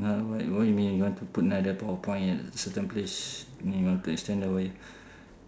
no why what you mean you want to put another power point at a certain place I mean you want to extend the wire